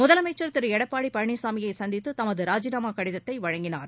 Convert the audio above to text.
முதலமைச்சன் திரு எடப்பாடி பழனிசாமியை சந்தித்து தமது ராஜினாமா கடிதத்தை வழங்கினார்